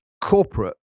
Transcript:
corporate